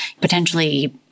potentially